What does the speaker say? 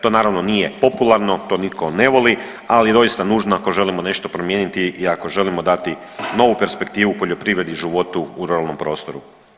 To naravno nije popularno, to nitko ne voli, ali je doista nužno ako želimo nešto promijeniti i ako želimo dati novu perspektivu poljoprivredi i životu u ruralnom prostoru.